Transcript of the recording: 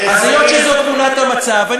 אז היות שזאת תמונת המצב,